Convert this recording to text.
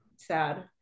sad